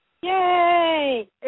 Yay